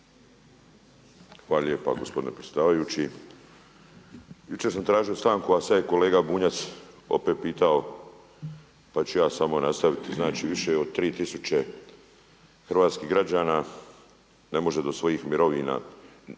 Hvala lijepa gospodine predsjedavajući. Jučer sam tražio stanku a sada je kolega Bunjac opet pitao pa ću ja samo nastaviti, znači više od 3 tisuće hrvatskih građana ne može do svojih mirovina